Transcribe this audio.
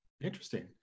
Interesting